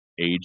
age